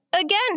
again